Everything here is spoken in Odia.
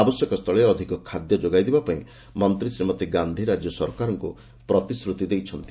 ଆବଶ୍ୟକସ୍ଥଳେ ଅଧିକ ଖାଦ୍ୟ ଯୋଗାଇଦେବା ପାଇଁ ମନ୍ତ୍ରୀ ଶ୍ରୀମତୀ ଗାନ୍ଧୀ ରାଜ୍ୟ ସରକାରଙ୍କୁ ପ୍ରତିଶ୍ରୁତି ଦେଇଛନ୍ତି